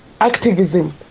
activism